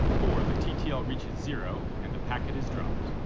or the ttl reaches zero and the packet is dropped.